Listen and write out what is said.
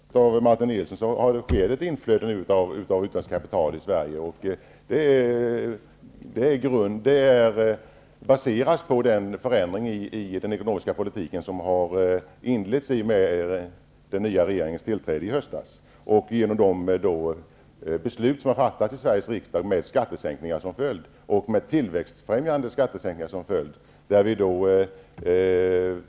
Herr talman! Som jag nämnde i mitt anförande -- och som bekräftades av Martin Nilsson -- har det nu skett ett inflöde av utländskt kapital i Sverige. Det baseras på den förändring i den ekonomiska politiken som har inletts i och med den nya regeringens tillträde i höstas och genom de beslut som har fattats i Sveriges riksdag med tillväxtfrämjande skattesänkningar som följd.